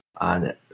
on